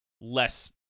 less